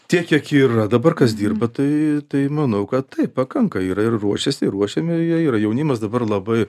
tiek kiek yra dabar kas dirba tai tai manau kad taip pakanka yra ir ruošiasi ir ruošiami jie yra jaunimas dabar labai